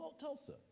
Tulsa